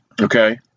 Okay